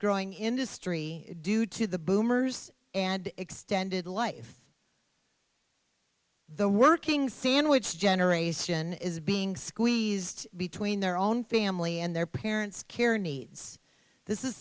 growing industry due to the boomers and extended life the working sandwich generation is being squeezed between their own family and their parents